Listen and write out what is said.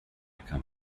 come